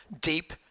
deep